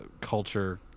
culture